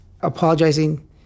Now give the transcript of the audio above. apologizing